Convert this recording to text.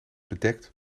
bedekt